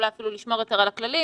אולי אפילו לשמור יותר על הכללים,